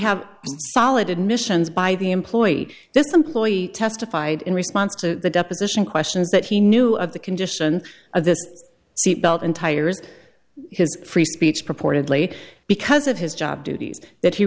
have solid admissions by the employee this employee testified in response to the deposition questions that he knew of the condition of this seatbelt and tires his free speech purportedly because of his job duties that he